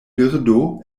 birdo